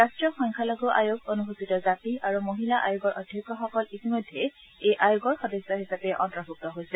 ৰাষ্ট্ৰীয় সংখ্যালঘু আয়োগ অনুসূচিত জাতি আৰু মহিলা আয়োগৰ অধ্যক্ষসকলক ইতিমধ্যে এই আয়োগৰ সদস্য হিচাপে অন্তৰ্ভুক্ত কৰা হৈছে